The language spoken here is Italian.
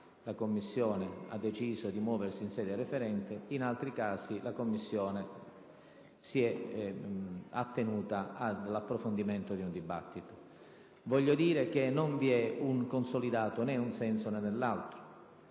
la Commissione ha deciso di muoversi in sede referente, in altri si ha proceduto ad un approfondimento del dibattito. Voglio dire che non vi è un consolidato, né in un senso, né nell'altro.